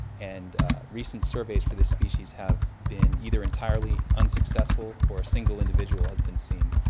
and recent surveys for this species have been either entirely unsuccessful or a single individual has been seen.